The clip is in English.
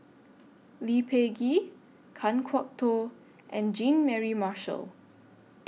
Lee Peh Gee Kan Kwok Toh and Jean Mary Marshall